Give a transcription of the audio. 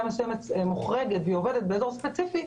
מסוימת מוחרגת והיא עובדת באזור ספציפי,